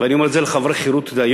ואני אומר את זה לחברי חרות דהיום.